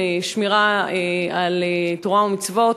שמירה על תורה ומצוות,